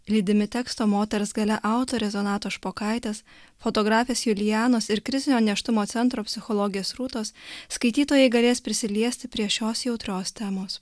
lydimi teksto moters galia autorės donato špokaitės fotografės julijanos ir krizinio nėštumo centro psichologės rūtos skaitytojai galės prisiliesti prie šios jautrios temos